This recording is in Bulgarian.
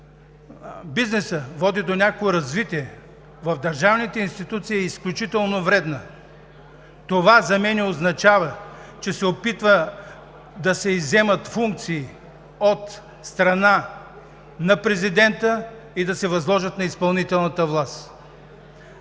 бизнеса води до някакво развитие, в държавните институции е изключително вредна. Това за мен означава, че се прави опит да се изземат функции от страна на президента и да се възложат на изпълнителната власт.